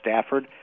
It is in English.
Stafford